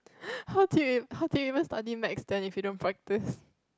how did you how did you even study maths then if you don't practice